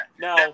Now